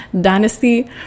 Dynasty